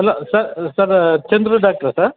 hello sir sir Chandru ಡಾಕ್ಟ್ರಾ sir